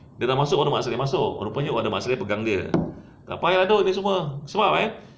dia dah masuk baru mat salleh masuk rupanya ada mat salleh pegang dia tak payah lah anuh ni semua sebab eh